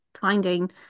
finding